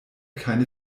keine